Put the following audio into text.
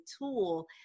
tool